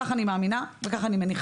כך אני מאמינה וכך אני מניחה.